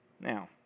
Now